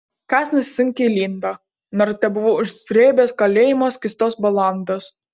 kąsnis sunkiai lindo nors tebuvau užsrėbęs kalėjimo skystos balandos